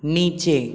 नीचे